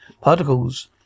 particles